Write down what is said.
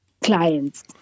clients